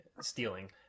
stealing